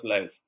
life